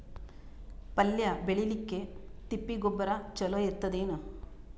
ಪಲ್ಯ ಬೇಳಿಲಿಕ್ಕೆ ತಿಪ್ಪಿ ಗೊಬ್ಬರ ಚಲೋ ಇರತದೇನು?